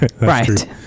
right